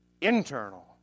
internal